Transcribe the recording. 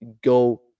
go